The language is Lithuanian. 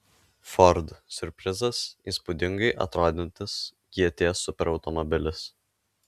ford siurprizas įspūdingai atrodantis gt superautomobilis